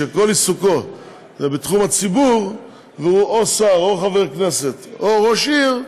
שכל עיסוקו הוא בתחום הציבור והוא או שר או חבר כנסת או ראש עיר,